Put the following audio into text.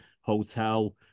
hotel